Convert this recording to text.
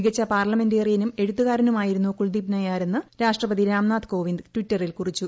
മികച്ച പാർലമെന്റേറിയനും ഏഴുത്തുകാരനുമായിരുന്നു കുൽദീപ് നയ്യാറെന്ന് രാഷ്ട്രപതി രാംനാഥ് കോവിന്ദ് ടിറ്ററിൽ കുറിച്ചു